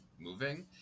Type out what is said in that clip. moving